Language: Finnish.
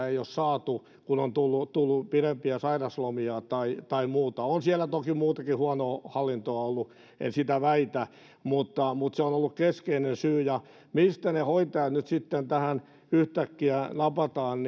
ei ole saatu kun on tullut tullut pidempiä sairauslomia tai tai muuta on siellä toki muutakin huonoa hallintoa ollut en sitä väitä mutta mutta se on ollut keskeinen syy mistä ne hoitajat nyt sitten tähän yhtäkkiä napataan